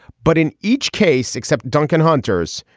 but in each case except duncan hunter's.